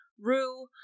Rue